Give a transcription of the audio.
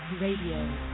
Radio